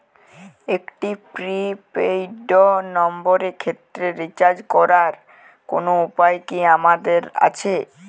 একটি prepaid নম্বরের ক্ষেত্রে রিচার্জ করার কোনো উপায় কি আমাদের আছে?